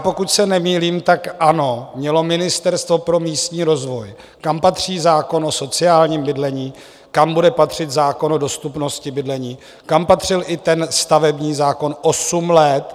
Pokud se nemýlím, tak ANO mělo Ministerstvo pro místní rozvoj, kam patří zákon o sociálním bydlení, kam bude patřit zákon o dostupnosti bydlení, kam patřil i ten stavební zákon, osm let.